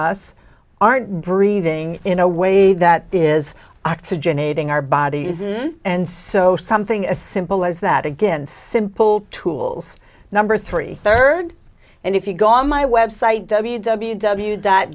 us aren't breathing in a way that is oxygenating our body isn't and so something as simple as that again simple tools number three third and if you go on my website w w w dot